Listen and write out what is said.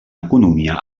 economia